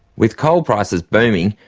with coal prices booming,